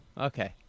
Okay